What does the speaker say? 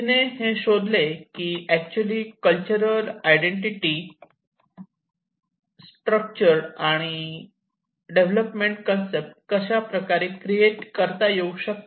तिने हे शोधले की एक्च्युअली कल्चरल आयडेंटिटी स्ट्रक्चर आणि डेव्हलपमेंट कन्सेप्ट कशाप्रकारे क्रिएट करता येऊ शकते